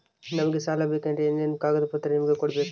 ನಮಗೆ ಸಾಲ ಬೇಕಂದ್ರೆ ಏನೇನು ಕಾಗದ ಪತ್ರ ನಿಮಗೆ ಕೊಡ್ಬೇಕು?